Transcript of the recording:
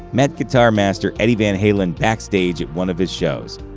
met guitar master eddie van halen backstage at one of his shows.